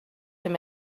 him